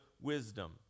wisdom